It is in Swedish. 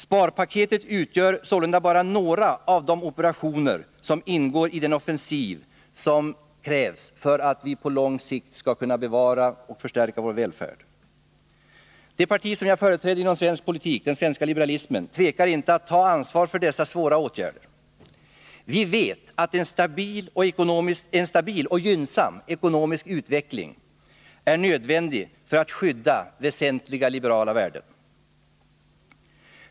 Sparpaketet utgör sålunda bara några av de operationer som ingår i den offensiv som krävs för att rädda vår välfärd. Det parti jag företräder inom svensk politik, den svenska liberalismen, tvekar inte att ta ansvar för dessa svåra åtgärder. Vi vet att en stabil och gynnsam ekonomisk utveckling är nödvändig för att skydda väsentliga liberala värden.